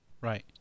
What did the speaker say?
Right